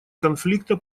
конфликта